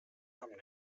haben